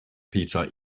pizza